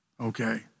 Okay